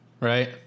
right